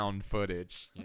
Footage